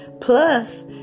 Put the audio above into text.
Plus